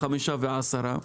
חמישה או 10,